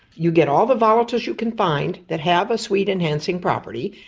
you get all the volatiles you can find that have a sweet enhancing property,